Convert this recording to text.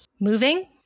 Moving